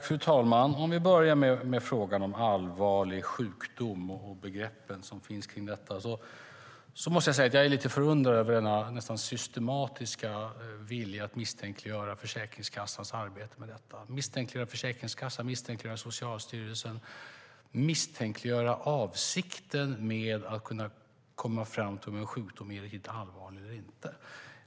Fru talman! Om vi börjar med frågan om allvarlig sjukdom och begreppen som finns kring detta måste jag säga att jag är lite förundrad över denna nästan systematiska vilja att misstänkliggöra Försäkringskassans arbete med detta. Man vill misstänkliggöra Försäkringskassan, Socialstyrelsen och avsikten med att kunna komma fram till om en sjukdom är riktigt allvarlig eller inte.